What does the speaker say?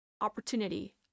opportunity